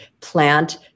plant